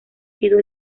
sido